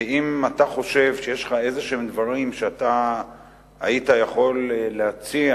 ואם אתה חושב שיש לך איזשהם דברים שאתה היית יכול להציע,